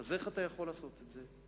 אז איך אתה יכול לעשות את זה?